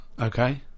Okay